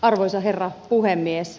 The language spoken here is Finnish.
arvoisa herra puhemies